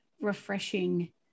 refreshing